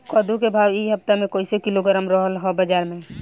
कद्दू के भाव इ हफ्ता मे कइसे किलोग्राम रहल ह बाज़ार मे?